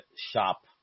shop